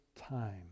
time